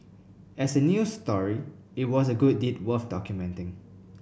as a news story it was a good deed worth documenting